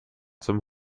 zum